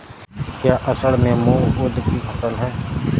क्या असड़ में मूंग उर्द कि फसल है?